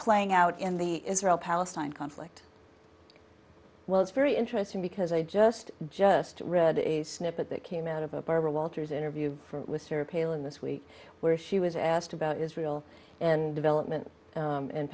playing out in the israel palestine conflict well it's very interesting because i just just read a snippet that came out of a barbara walters interview with sarah palin this week where she was asked about israel and development